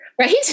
Right